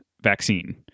vaccine